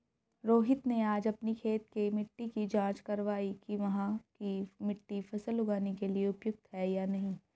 रोहित ने आज अपनी खेत की मिट्टी की जाँच कारवाई कि वहाँ की मिट्टी फसल उगाने के लिए उपयुक्त है या नहीं